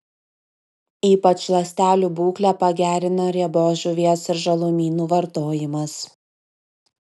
ypač ląstelių būklę pagerina riebios žuvies ir žalumynų vartojimas